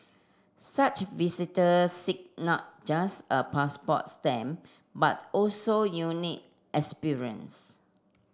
such visitors seek not just a passport stamp but also unique experience